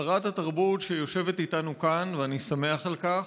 שרת התרבות, שיושבת איתנו כאן, ואני שמח על כך,